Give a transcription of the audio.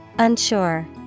Unsure